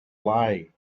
lie